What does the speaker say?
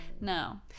No